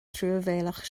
truamhéalach